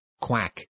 quack